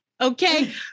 Okay